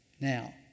now